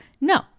No